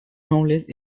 nobles